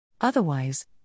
Otherwise